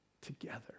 together